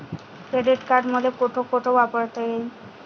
Credit card मले कोठ कोठ वापरता येईन?